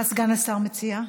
מה סגן השר מציע?